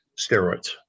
steroids